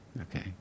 Okay